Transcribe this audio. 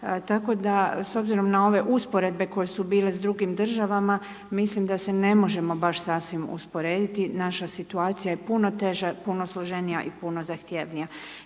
Tako da s obzirom na ove usporedbe koje su bile sa drugim državama mislim da se ne možemo baš sasvim usporediti, naša situacija je puno teža, puno složenija i puno zahtjevnija.